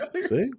see